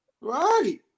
Right